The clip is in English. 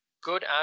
good